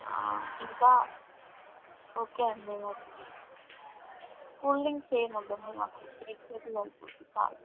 ఇంకా ఓకే అండి మరి కూల్ డ్రింక్స్ ఏము వద్దండి మాకు కేక్ సరిపోతుంది చాలు